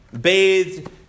bathed